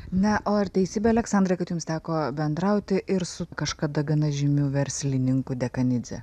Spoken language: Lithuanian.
ne o ar teisybė aleksandrai kad jums teko bendrauti ir su kažkada gana žymiu verslininku dekanidze